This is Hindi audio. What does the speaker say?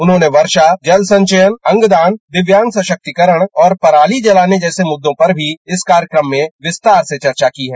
उन्होंने वर्षा जल संचयन अंगदान दिव्यांग सशक्तीकरण और पराली जलाने जैसे मुद्दों पर भी इस कार्यक्रम में विस्तार से चर्चा की है